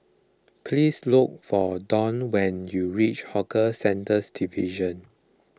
please look for Don when you reach Hawker Centres Division